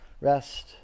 rest